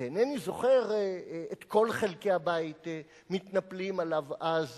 ואיני זוכר את כל חלקי הבית מתנפלים עליו אז